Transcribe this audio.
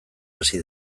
hasi